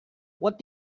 what